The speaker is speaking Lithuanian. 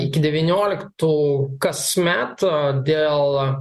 iki devynioliktų kasmet dėl